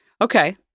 Okay